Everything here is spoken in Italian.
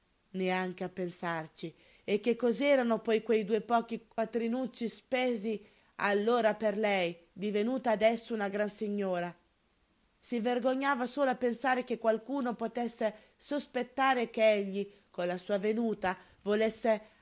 neanche a pensarci e che cos'erano poi quei pochi quattrinucci spesi allora per lei divenuta adesso una gran signora si vergognava solo a pensare che qualcuno potesse sospettare che egli con la sua venuta volesse